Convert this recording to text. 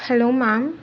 hello ma'am